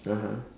(uh huh)